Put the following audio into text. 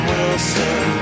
Wilson